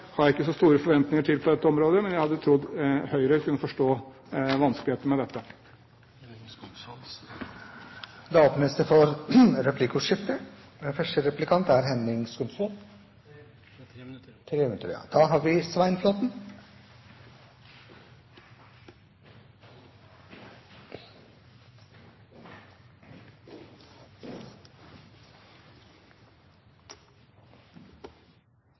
har jeg ikke så store forventninger til på dette området, men jeg hadde trodd Høyre kunne forstå vanskelighetene med dette. Det åpnes for replikkordskifte. Det er